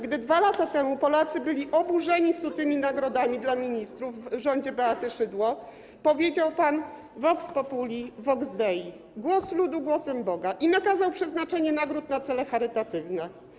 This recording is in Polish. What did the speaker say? Gdy 2 lata temu Polacy byli oburzeni sutymi nagrodami dla ministrów w rządzie Beaty Szydło, powiedział pan: Vox populi, vox Dei, głos ludu głosem Boga, i nakazał przeznaczenie nagród na cele charytatywne.